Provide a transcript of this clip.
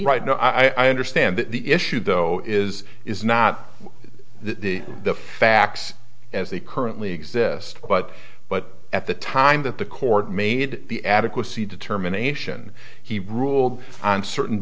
right now i understand that the issue though is is not the the facts as they currently exist but but at the time that the court made the adequacy determination he ruled on certain